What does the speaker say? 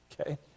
Okay